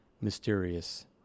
mysterious